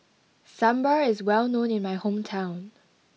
sambar is well known in my hometown